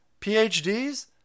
PhDs